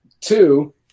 Two